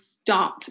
start